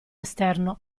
esterno